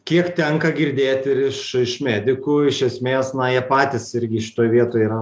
kiek tenka girdėti ir iš iš medikų iš esmės na jie patys irgi šitoj vietoj yra